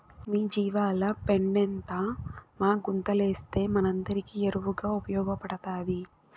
మీ జీవాల పెండంతా మా గుంతలేస్తే మనందరికీ ఎరువుగా ఉపయోగపడతాది